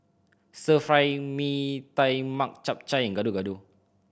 Stir Fry Mee Tai Mak Chap Chai and Gado Gado